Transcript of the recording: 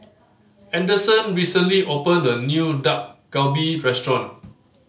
Anderson recently opened a new Dak Galbi Restaurant